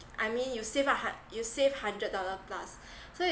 I mean you save a hun~ you save hundred dollar plus so